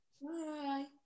Bye